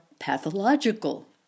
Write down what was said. pathological